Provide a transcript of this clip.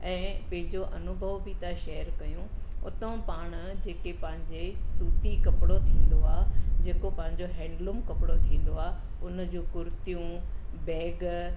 ऐं पंहिंजो अनुभव बि था शेयर कयूं उतां पाण जेके पंहिंजे सूती कपड़ो थींदो आहे जेको पंहिंजो हैंडलूम कपिड़ो थींदो आहे उनजूं कुर्तियूं बेग